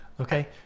okay